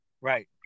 Right